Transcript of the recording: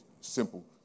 simple